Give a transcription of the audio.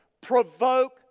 Provoke